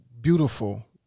beautiful